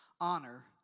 Honor